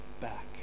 back